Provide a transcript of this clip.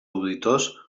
auditors